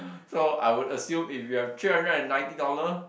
so I would assume if you have three hundred and ninety dollar